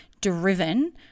driven